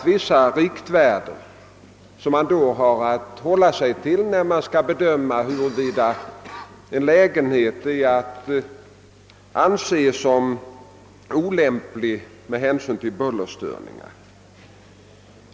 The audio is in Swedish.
Dessa riktvärden har man alltså att hålla sig till när man skall bedöma huruvida en lägenhet är att anse såsom olämplig för bostadsändamål på grund av bullerstörningar.